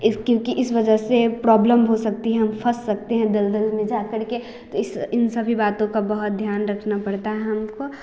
इस क्योंकि इस वजह से प्रॉब्लम हो सकती है हम फंस सकते हैं दलदल में जाकर के तो इस इन सभी बातों का बहुत ध्यान रखना पड़ता है हमको